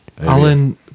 Alan